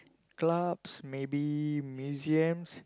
clubs maybe museums